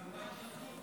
בהתנתקות.